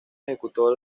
ejecutó